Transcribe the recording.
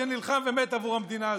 שנלחם באמת עבור המדינה הזאת.